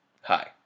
hi